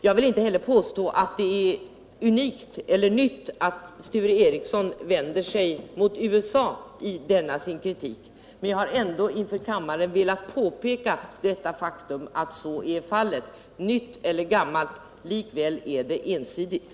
Jag vill inte heller påstå att det är unikt eller nytt att Sture Ericson vänder sig mot USA i denna sin kritik, men jag har ändå inför karnmaren velat peka på det faktum att så är fallet. Nytt eller gammalt — likväl är det ensidigt.